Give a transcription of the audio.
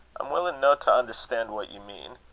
i'm willin' no to understan' what ye mean.